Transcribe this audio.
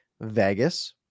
vegas